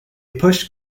push